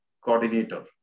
coordinator